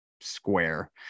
square